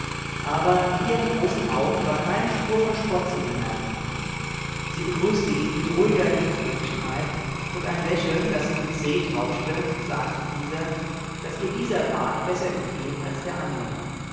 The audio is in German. aber in ihren großen augen war keine spur von spott zu bemerken sie begrüßte ihn mit ruhiger liebenswürdigkeit und ein lächeln das sie mit se tauschte sagte dieser daß ihr dieser bat besser gefiel als der andere